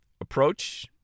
approach